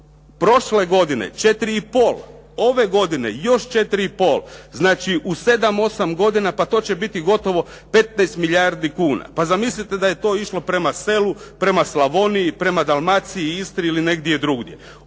prošle godine 4,5, ove godine još 4,5. Znači, u sedam, osam godina pa to će biti gotovo 15 milijardi kuna. Pa zamislite da je to išlo prema selu, prema Slavoniji, Dalmaciji, Istri ili negdje drugdje.